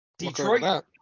Detroit